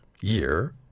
year